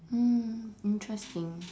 mm interesting